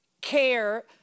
care